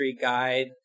guide